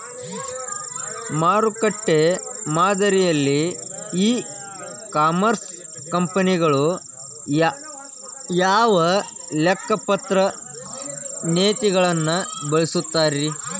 ಮಾರುಕಟ್ಟೆ ಮಾದರಿಯಲ್ಲಿ e commerce ಕಂಪನಿಗಳು ಯಾವ ಲೆಕ್ಕಪತ್ರ ನೇತಿಗಳನ್ನ ಬಳಸುತ್ತಾರಿ?